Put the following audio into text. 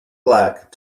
black